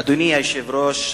אדוני היושב-ראש,